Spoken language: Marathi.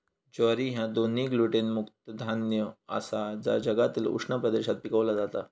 ज्वारी ह्या दोन्ही ग्लुटेन मुक्त धान्य आसा जा जगातील उष्ण प्रदेशात पिकवला जाता